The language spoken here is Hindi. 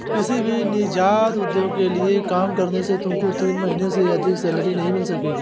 किसी भी नीजात उद्योग के लिए काम करने से तुमको तीन महीने से अधिक सैलरी नहीं मिल सकेगी